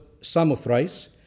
Samothrace